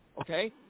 Okay